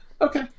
okay